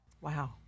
Wow